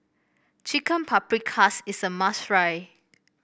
Chicken Paprikas is a must try